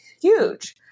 huge